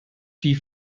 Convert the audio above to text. die